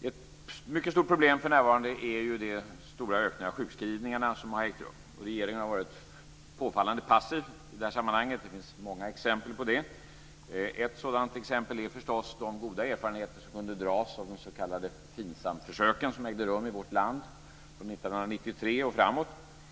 Ett mycket stort problem för närvarande är den stora ökningen av sjukskrivningarna som har ägt rum. Regeringen har varit påfallande passiv i det här sammanhanget. Det finns många exempel på detta. Ett sådant exempel är förstås de goda erfarenheter som kunde dras av de s.k. FINSAM-försöken som ägde rum i vårt land från 1993 och framåt.